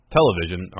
television